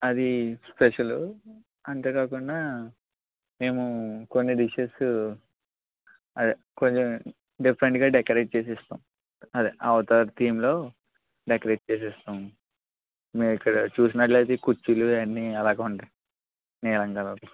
అది స్పెషలు అంతేకాకుండా మేము కొన్ని డిషెసు అదే కొంచెం డిఫరెంట్గా డెకరేట్ చేసి ఇస్తాం అదే అవతార్ థీమ్లో డెకరేట్ చేసి ఇస్తాం మీరు ఇక్కడ చూసినట్టుయితే ఈ కుర్చీలు ఇవన్నీ అలాగే ఉన్నాయి నీలం కలర్లో